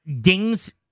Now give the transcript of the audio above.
dings